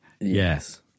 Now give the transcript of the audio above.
yes